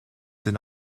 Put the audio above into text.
did